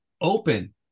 open